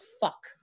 fuck